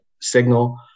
signal